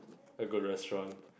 a good restaurant